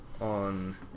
on